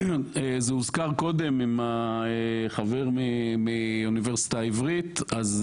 זה הוזכר קודם, עם החבר מהאוניברסיטה העברית, אז